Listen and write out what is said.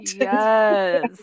yes